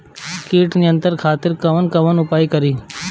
कीट नियंत्रण खातिर कवन कवन उपाय करी?